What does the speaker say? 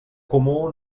comú